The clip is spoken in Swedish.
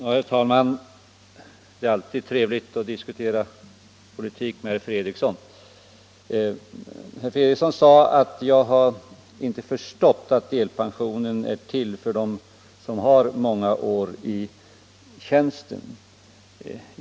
Herr talman! Det är alltid trevligt att diskutera politik med herr Fredriksson. Han sade att jag inte hade förstått att deltidspensionen är till för dem som har många tjänsteår.